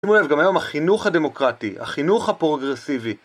שימו לב, גם היום החינוך הדמוקרטי, החינוך הפרוגרסיבי